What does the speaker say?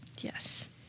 Yes